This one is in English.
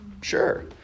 Sure